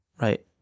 right